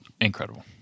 incredible